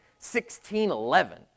1611